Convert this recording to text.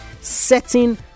setting